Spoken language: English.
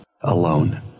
alone